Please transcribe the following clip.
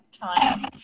time